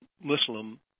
Muslim